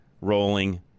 rolling